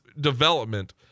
development